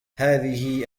هذه